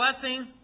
blessing